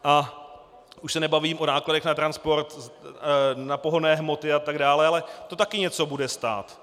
A už se nebavím o nákladech na transport, na pohonné hmoty atd., ale to taky něco bude stát.